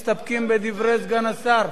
האם מסתפקים בדברי סגן השר?